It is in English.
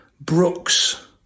brooks